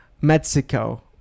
Mexico